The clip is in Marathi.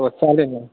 हो चालेल ना